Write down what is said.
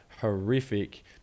horrific